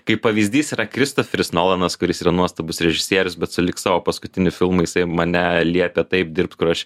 kaip pavyzdys yra kristoferis nolanas kuris yra nuostabus režisierius bet sulig savo paskutiniu filmu jisai mane liepė taip dirbt kur aš